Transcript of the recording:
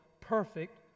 perfect